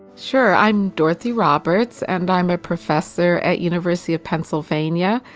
sure, i'm dorothy roberts, and i'm a professor at university of pennsylvania,